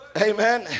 amen